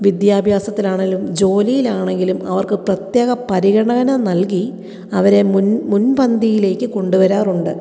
വിദ്യാഭ്യാസത്തിൽ ആണെങ്കിലും ജോലിയിൽ ആണെങ്കിലും അവർക്ക് പ്രത്യേക പരിഗണന നൽകി അവരെ മുൻ മുൻപന്തിയിലേക്ക് കൊണ്ട് വരാറുണ്ട്